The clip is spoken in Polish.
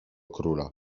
króla